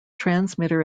transmitter